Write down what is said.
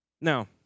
Now